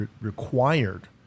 required